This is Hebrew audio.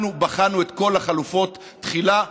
אנחנו בחנו את כל החלופות תחילה,